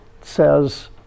says